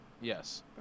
yes